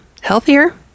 healthier